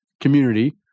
community